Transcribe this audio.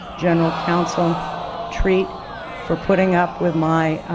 general counsel treat for putting up with my